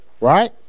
right